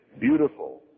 beautiful